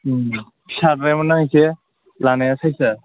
फिसाद्रायमोन ना इसे लानाया साइजआ